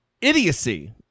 idiocy